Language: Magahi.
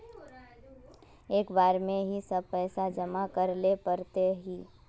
एक बार में ही सब पैसा जमा करले पड़ते की?